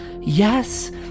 yes